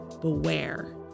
beware